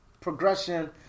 progression